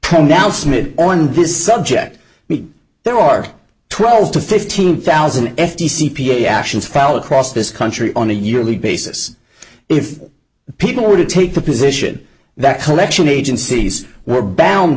only now smith on this subject there are twelve to fifteen thousand f t c p a actions fall across this country on a yearly basis if people were to take the position that collection agencies were bound